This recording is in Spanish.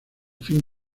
fin